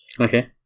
Okay